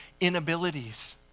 inabilities